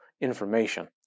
information